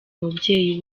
mubyeyi